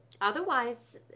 Otherwise